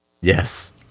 Yes